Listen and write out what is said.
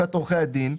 מלשכת עורכי הדין,